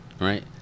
right